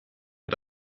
bei